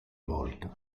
volta